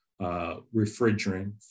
refrigerant